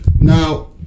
Now